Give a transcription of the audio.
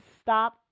stop